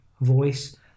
voice